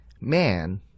man